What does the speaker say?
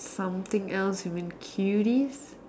something else you mean cuties